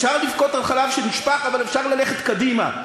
אפשר לבכות על חלב שנשפך אבל אפשר ללכת קדימה.